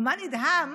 ומה נדהם